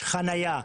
חניה,